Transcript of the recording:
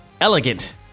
elegant